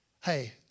Hey